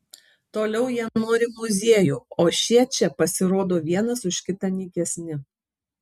toliau jie nori muziejų o šie čia pasirodo vienas už kitą nykesni